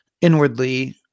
inwardly